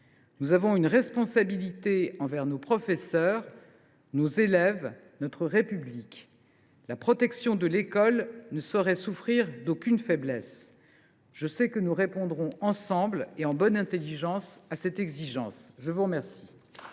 Nous avons une responsabilité envers nos professeurs, nos élèves, notre République. La protection de l’école ne saurait souffrir aucune faiblesse. Je sais que nous répondrons ensemble, et en bonne intelligence, à cette exigence. Avant de